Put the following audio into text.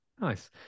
nice